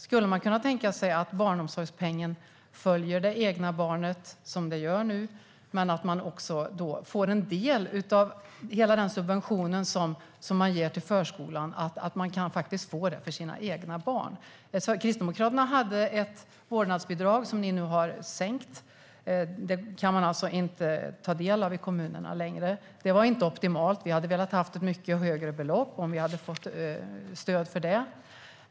Skulle ni kunna tänka er att barnomsorgspengen följer barnet, som den nu gör, och att barnets föräldrar kan få en del av den subvention som ges till förskolan? Kristdemokraterna hade ett vårdnadsbidrag, som ni har sänkt. Det kan man inte längre ta del av i kommunerna. Det var inte optimalt. Vi hade velat ha ett mycket högre belopp om vi hade fått stöd för det.